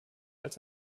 als